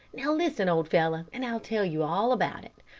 now listen, old fellow, and i'll tell you all about it.